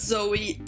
Zoe